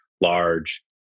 large